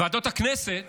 ועדות הכנסת